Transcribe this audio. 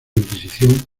inquisición